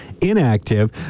inactive